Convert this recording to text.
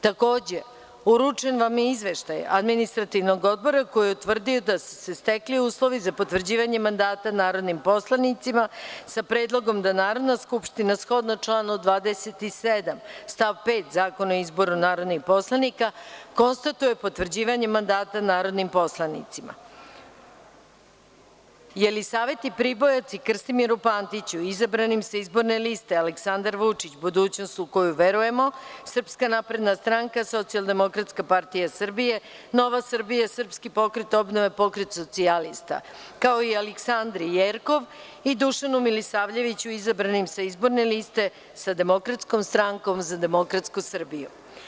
Takođe, uručen vam je izveštaj Administrativnog odbora koji je utvrdio da su se stekli uslovi za potvrđivanje mandata narodnim poslanicima, sa predlogom da Narodna skupština, shodno članu 27. stav 5. Zakona o izboru narodnih poslanika, konstatuje potvrđivanje mandata narodnim poslanicima: Jelisaveti Pribojac i Krstimiru Pantiću, izabranim sa Izborne liste Aleksandar Vučić - „Budućnost u koju verujemo“ - SNS, SDPS, NS, SPO, Pokret Socijalista, kao i Aleksandri Jerkov i Dušanu Milisavljeviću, izbranim sa Izborne liste „Sa Demokratskom strankom za demokratsku Srbiju“